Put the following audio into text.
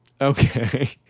Okay